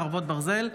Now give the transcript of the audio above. חרבות ברזל)